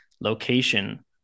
location